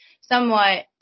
somewhat